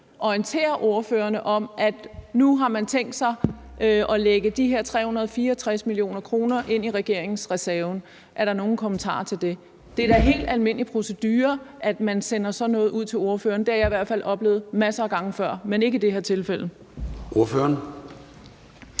orienterer ordførerne om, at nu har man tænkt sig at lægge de her 364 mio. kr. ind i regeringsreserven? Er der nogen kommentarer til det? Det er da helt almindelig procedure, at man sender sådan noget ud til ordførerne. Det har jeg i hvert fald oplevet masser af gange før, men ikke i det her tilfælde. Kl.